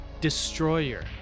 Destroyer